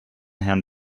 herrn